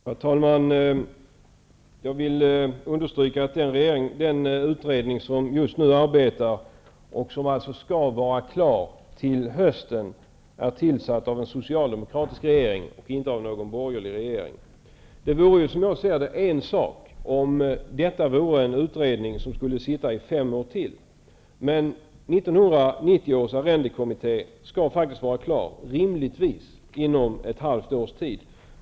Herr talman! Jag vill understryka att den utredning som just nu arbetar och som skall vara klar till hösten är tillsatt av den socialdemokratiska regeringen, inte av den borgerliga. Som jag ser det vore det en sak om det vore en utredning som skulle sitta i fem år till. Men 1990 års arrendekommitté skall faktiskt rimligtvis vara klar inom ett halvårs tid.